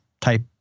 type